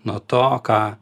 nuo to ką